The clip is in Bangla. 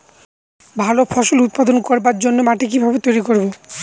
ভালো ফসল উৎপাদন করবার জন্য মাটি কি ভাবে তৈরী করব?